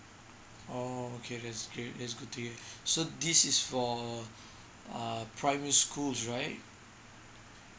oh okay that's great that's good to hear so this is for uh primary schools right